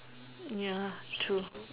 ya true